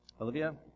Olivia